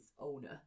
owner